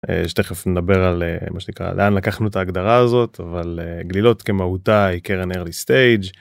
שתכף נדבר על מה שנקרא לאן לקחנו את ההגדרה הזאת, אבל גלילות כמהותה היא קרן ארלי סטייג'.